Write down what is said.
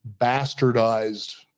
bastardized